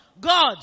God